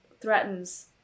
threatens